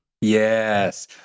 Yes